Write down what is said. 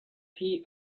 tea